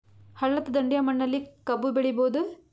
ಹಳ್ಳದ ದಂಡೆಯ ಮಣ್ಣಲ್ಲಿ ಕಬ್ಬು ಬೆಳಿಬೋದ?